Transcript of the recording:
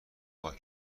پاک